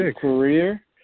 Career